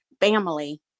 family